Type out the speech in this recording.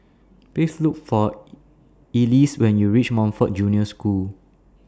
Please Look For Elease when YOU REACH Montfort Junior School